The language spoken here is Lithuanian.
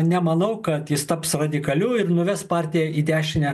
nemanau kad jis taps radikaliu ir nuves partiją į dešinę